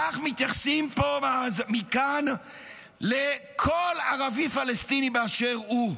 כך מתייחסים מכאן לכל ערבי פלסטיני באשר הוא.